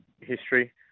history